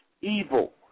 evil